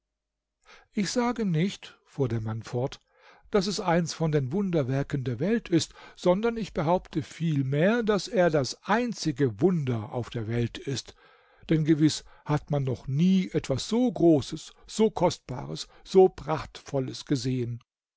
ich sage nicht fuhr der mann fort daß es eins von den wunderwerken der welt ist sondern ich behaupte vielmehr daß er das einzige wunder auf der welt ist denn gewiß hat man noch nie etwas so großes so kostbares so prachtvolles gesehen